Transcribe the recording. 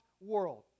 world